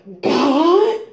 God